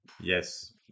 Yes